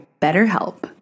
BetterHelp